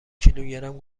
کیلوگرم